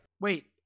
Wait